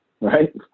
right